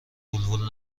وول